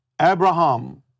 Abraham